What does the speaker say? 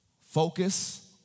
Focus